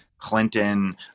Clinton